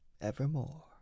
evermore